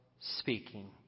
speaking